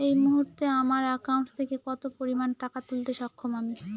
এই মুহূর্তে আমার একাউন্ট থেকে কত পরিমান টাকা তুলতে সক্ষম আমি?